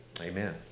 amen